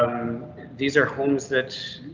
these are homes that.